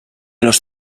los